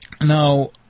Now